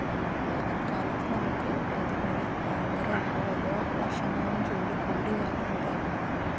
വേനൽക്കാലത്ത് നമുക്ക് ഇതുപോലെ ഭയങ്കര ഇപ്പോൾ ഓരോ വർഷം തോറും ചൂട് കൂടി വരുന്നൊരു ടൈമാണല്ലോ